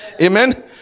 amen